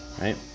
Right